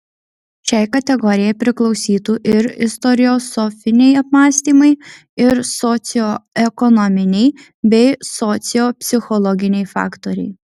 šiai kategorijai priklausytų ir istoriosofiniai apmąstymai ir socioekonominiai bei sociopsichologiniai faktoriai